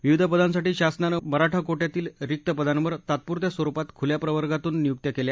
विविध पदांसाठी शासनाने मराठा कोटयातील रिक्त पदांवर तात्पुरत्या स्वरुपात खुल्या प्रवर्गातून नियुक्त्या केल्या